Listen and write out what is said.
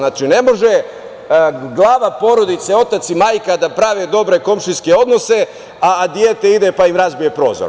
Ne može glava porodice, otac i majka, da prave dobre komšijske odnose, a dete ide pa im razbije prozor.